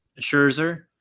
scherzer